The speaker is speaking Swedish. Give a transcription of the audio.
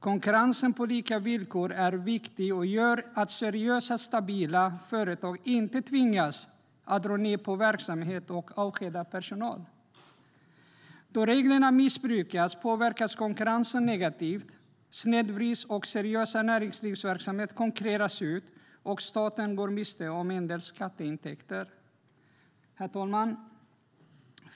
Konkurrens på lika villkor är viktigt och gör att seriösa, stabila företag inte tvingas dra ned på verksamheten och avskeda personal. Då reglerna missbrukas påverkas konkurrensen negativt. Den snedvrids, seriös näringsverksamhet konkurreras ut och staten går miste om en del skatteintäkter. Herr talman!